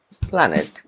planet